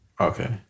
Okay